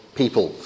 people